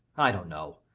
i don't know.